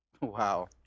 Wow